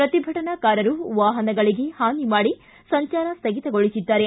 ಪ್ರತಿಭಟನಾಕಾರರು ವಾಹನಗಳಿಗೆ ಹಾನಿ ಮಾಡಿ ಸಂಚಾರ ಸ್ಥಗಿತಗೊಳಿಸಿದ್ದಾರೆ